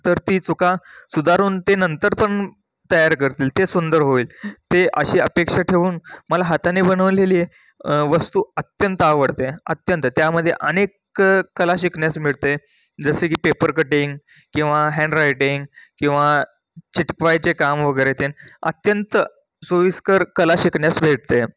तर ती चुका सुधारून ते नंतर पण तयार करतील ते सुंदर होईल ते अशी अपेक्षा ठेवून मला हाताने बनवलेली वस्तू अत्यंत आवडते अत्यंत त्यामध्ये अनेक कला शिकण्यास मिळते जसे की पेपर कटिंग किंवा हँडरायटिंग किंवा चिकटवायचे काम वगैरे ते अत्यंत सोयीस्कर कला शिकण्यास भेटते